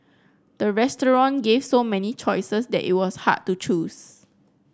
the restaurant gave so many choices that it was hard to choose